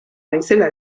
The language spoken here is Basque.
naizela